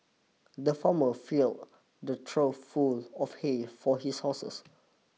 the farmer filled the trough full of hay for his horses